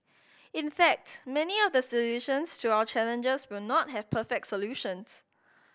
in fact many of the solutions to our challenges will not have perfect solutions